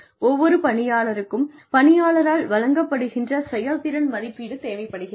ஒவ்வொரு பணியாளருக்கும் பணியாளரால் வழங்கப்படுகின்ற செயல்திறன் மதிப்பீடு தேவைப்படுகிறது